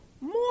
more